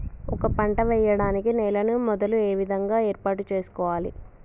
ఒక పంట వెయ్యడానికి నేలను మొదలు ఏ విధంగా ఏర్పాటు చేసుకోవాలి?